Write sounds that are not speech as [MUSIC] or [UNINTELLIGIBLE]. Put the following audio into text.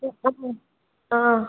[UNINTELLIGIBLE] ആ